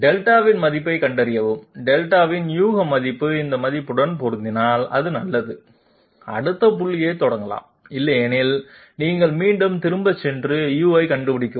δ இன் மதிப்பைக் கண்டறியவும் δ இன் யூக மதிப்பு இந்த மதிப்புடன் பொருந்தினால் அது நல்லது அடுத்த புள்ளியைத் தொடங்கலாம் இல்லையெனில் நீங்கள் மீண்டும் திரும்பிச் சென்று u கண்டுபிடிக்கவும்